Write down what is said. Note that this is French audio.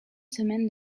semaine